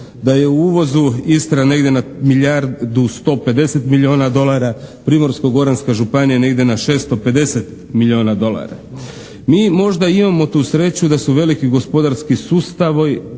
da je u uvozu Istra negdje na milijardu 150 milijuna dolara, Primorsko-goranska županija negdje na 650 milijuna dolara. Mi možda imamo tu sreću da su veliki gospodarski sustavi